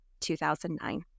2009